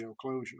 closure